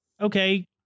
okay